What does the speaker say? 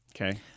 Okay